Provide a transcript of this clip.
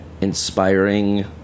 inspiring